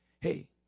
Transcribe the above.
Hey